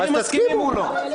אחרים מסכימים, הוא לא.